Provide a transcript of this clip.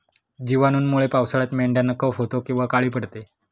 जिवाणूंमुळे पावसाळ्यात मेंढ्यांना कफ होतो किंवा काळी पडते